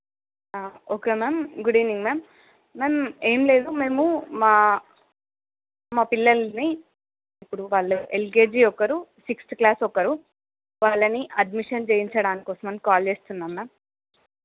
okay ma'am good evening ma'am ma'am ఏం లేదు మేము మా మా పిల్లల్ని ఇప్పుడు వాళ్ళు ఎల్కేజీ ఒకరు సిక్స్త్ క్లాస్ ఒకరు వాళ్ళని అడ్మిషన్ చేయించడానికోసం అని కాల్ చేస్తున్నాం మ్యామ్